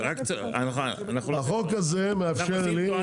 החוק הזה מאפשר לי,